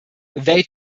they